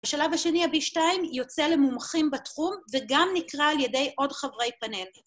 בשלב השני אבי שטיין יוצא למומחים בתחום, וגם נקרא על ידי עוד חברי פאנל.